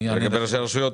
לגבי ראשי הרשויות,